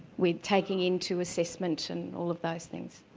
with taking into assessment and all of those things.